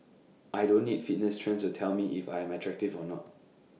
I don't need fitness trends to tell me if I'm attractive or not